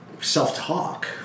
self-talk